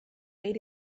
made